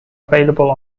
available